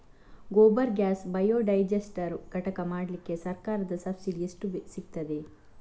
Gobar gas biodigester ಘಟಕ ಮಾಡ್ಲಿಕ್ಕೆ ಸರ್ಕಾರದ ಸಬ್ಸಿಡಿ ಎಷ್ಟು ಸಿಕ್ತಾದೆ?